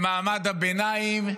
במעמד הביניים,